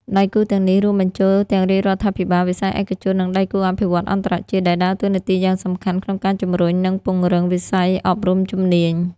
ដៃគូទាំងនេះរួមបញ្ចូលទាំងរាជរដ្ឋាភិបាល វិស័យឯកជន និងដៃគូអភិវឌ្ឍន៍អន្តរជាតិ ដែលដើរតួនាទីយ៉ាងសំខាន់ក្នុងការជំរុញ និងពង្រឹងវិស័យអប់រំជំនាញ។